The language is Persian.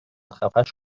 خفش